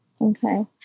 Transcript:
Okay